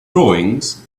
drawings